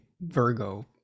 Virgo